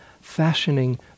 fashioning